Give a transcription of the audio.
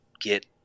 get